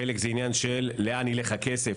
ובחלק זה עניין של לאן ילך הכסף,